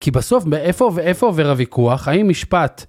כי בסוף מאיפה ואיפה עובר הוויכוח, חיים משפט.